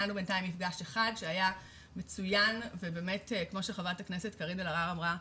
היה לנו בינתיים מפגש אחד שהיה מצוין ובאמת כמו שח"כ קארין אלהרר אמרה,